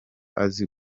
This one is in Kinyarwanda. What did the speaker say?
azi